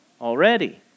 already